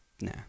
Nah